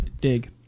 Dig